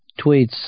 tweets